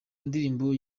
ndirimbo